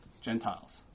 Gentiles